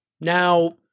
Now